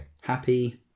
Happy